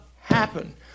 happen